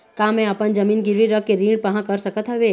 का मैं अपन जमीन गिरवी रख के ऋण पाहां कर सकत हावे?